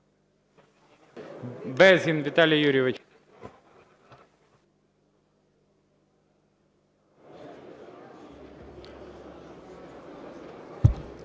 Безгін Віталій Юрійович.